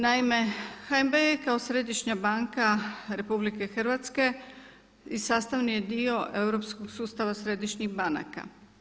Naime HNB je kao središnja banka RH i sastavni je dio europskog sustava središnjih banaka.